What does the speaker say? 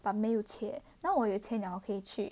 but 没有钱那我有钱了我可以去